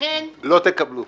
לא תקבלו.